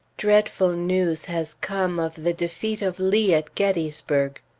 dreadful news has come of the defeat of lee at gettysburg.